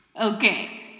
Okay